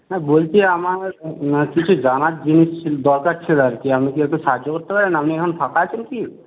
হ্যাঁ বলছি আমার কিছু জানার জিনিস দরকার ছিল আর কি আপনি কি একটু সাহায্য করতে পারেন আপনি এখন ফাঁকা আছেন কি